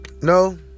no